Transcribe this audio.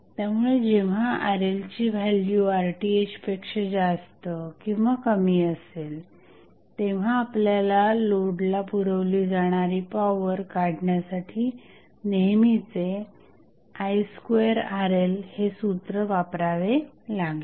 त्यामुळे जेव्हा RLची व्हॅल्यू RTh पेक्षा जास्त किंवा कमी असेल तेव्हा आपल्याला लोडला पुरवली जाणारी पॉवर काढण्यासाठी नेहमीचे i2RL हे सूत्र वापरावे लागेल